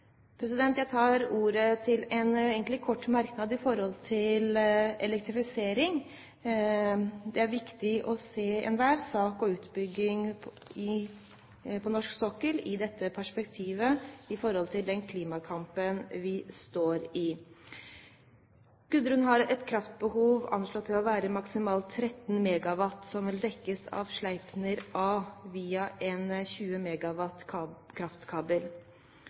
Jeg tar egentlig ordet til en kort merknad om elektrifisering. Det er viktig å se enhver sak og utbygging på norsk sokkel i dette perspektivet, med tanke på den klimakampen vi står i. Gudrun har et kraftbehov anslått til å være maksimalt 13 megawatt, som vil dekkes av Sleipner A via en 20 megawatts kraftkabel.